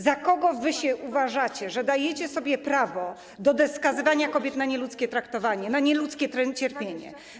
Za kogo wy się uważacie, że dajecie sobie prawo do skazywania kobiet na nieludzkie traktowanie, na nieludzkie cierpienie?